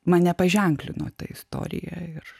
mane paženklino ta istorija ir